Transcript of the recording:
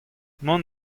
mont